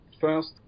first